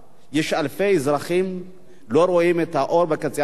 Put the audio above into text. יש אלפי אזרחים שלא רואים את האור בקצה המנהרה.